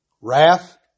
Wrath